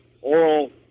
oral